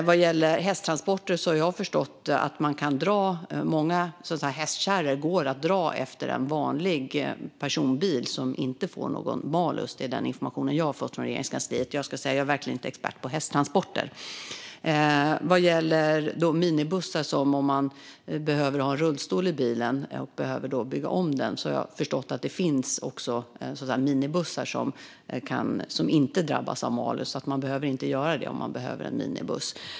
Vad gäller hästtransporter har jag förstått att många hästkärror går att dra efter en vanlig personbil som inte får någon malus. Det är den information jag har fått från Regeringskansliet. Jag ska dock säga att jag verkligen inte är någon expert på hästtransporter. Om man har en minibuss och behöver bygga om den för att ha en rullstol i bilen har jag förstått att det också finns minibussar som inte drabbas av malus. Man behöver alltså inte göra det om man behöver en minibuss.